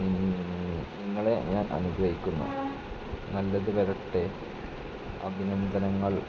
നിങ്ങളെ ഞാൻ അനുഗ്രഹിക്കുന്നു നല്ലതു വരട്ടെ അഭിനന്ദനങ്ങൾ